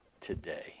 today